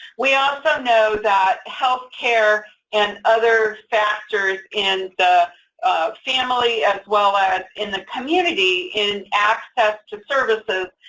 we also know that healthcare and other factors in the family as well as in the community, in access to services,